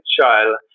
child